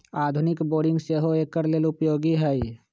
आधुनिक बोरिंग सेहो एकर लेल उपयोगी है